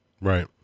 Right